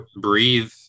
breathe